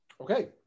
Okay